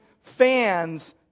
fans